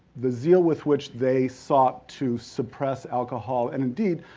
the zeal with which they sought to suppress alcohol and indeed,